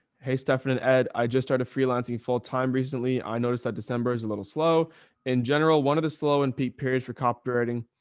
hey, stefan and ed. i just started freelancing full-time recently. i noticed that december is a little slow in general. one of the slow in peak periods for copywriting.